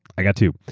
i got to.